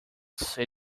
said